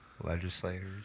Legislators